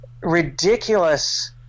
ridiculous